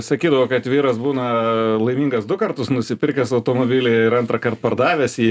sakydavo kad vyras būna laimingas du kartus nusipirkęs automobilį ir antrąkart pardavęs jį